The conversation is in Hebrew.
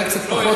לי קצת פחות,